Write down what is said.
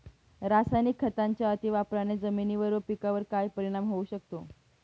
रासायनिक खतांच्या अतिवापराने जमिनीवर व पिकावर काय परिणाम होऊ शकतो?